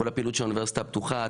כל הפעילות של האוניברסיטה הפתוחה,